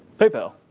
paypal.